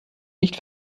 nicht